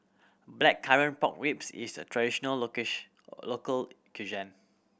Blackcurrant Pork Ribs is a traditional local cuisine